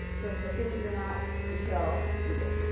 just assume that you're not until you do.